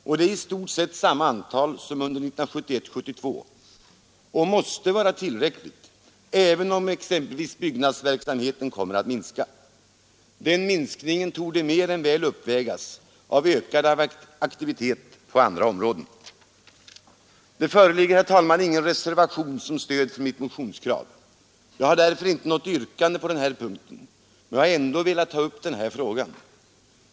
Detta är i stort sett samma antal som under 1971/72, och det måste vara tillräckligt, även om exempelvis byggnadsverksamheten kommer att minska. Den minskningen torde mer än väl uppvägas av ökad aktivitet på andra områden. Det föreligger, herr talman, ingen reservation som stöd för mitt motionskrav. Jag har därför inte något yrkande på den här punkten, men jag har ändå velat ta upp denna fråga.